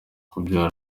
kubyara